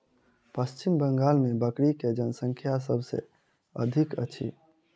पश्चिम बंगाल मे बकरी के जनसँख्या सभ से अधिक अछि